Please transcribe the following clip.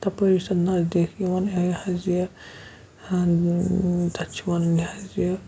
تپٲری چھُ تَتھ نزدیٖک یِوان یہِ حظ یہِ تَتھ چھِ یِوان یہِ حظ یہِ